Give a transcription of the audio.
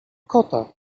kota